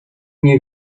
nie